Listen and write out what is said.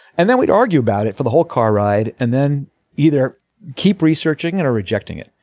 and then we'd argue about it for the whole car ride and then either keep researching and or rejecting it.